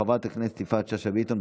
חברת הכנסת יפעת שאשא ביטון,